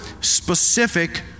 specific